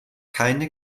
keine